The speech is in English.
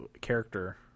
character